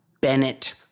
Bennett